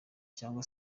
cyangwa